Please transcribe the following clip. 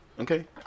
Okay